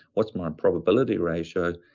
what's my probability ratio?